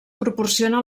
proporciona